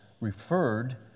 referred